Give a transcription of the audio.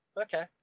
okay